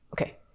okay